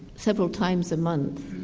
several times a month,